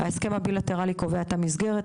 ההסכם הבילטרלי קובע את המסגרת,